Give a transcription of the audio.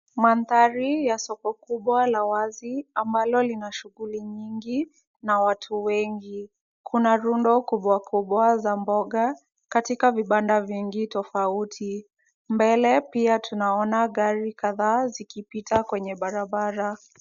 Mandhari ya soko kubwa la wazi ambalo lina shughuli nyingi na watu wengi. Kuna rundo kubwa kubwa za mboga katika vibanda vingi tofauti. Mbele pia tunaona gari kadhaa zikipita kwenye barabara.